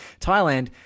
Thailand